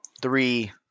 three